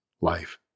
life